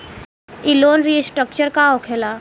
ई loan restructure का होखे ला?